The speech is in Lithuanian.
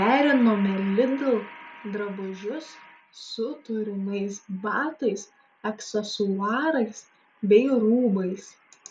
derinome lidl drabužius su turimais batais aksesuarais bei rūbais